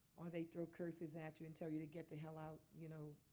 or they throw curses at you and tell you to get the hell out, you know.